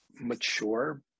mature